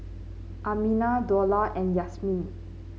Aminah Dollah and Yasmin